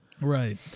Right